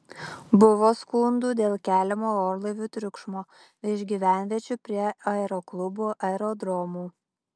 buvo skundų dėl keliamo orlaivių triukšmo virš gyvenviečių prie aeroklubų aerodromų